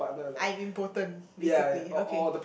I'm impotent basically okay